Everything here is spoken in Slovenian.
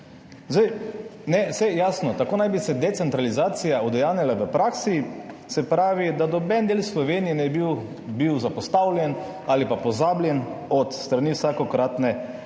Saj je jasno, tako naj bi se decentralizacija udejanjila v praksi, se pravi, da noben del Slovenije ne bi bil zapostavljen ali pa pozabljen od strani vsakokratne vlade,